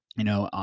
you know,